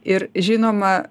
ir žinoma